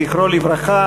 זכרו לברכה,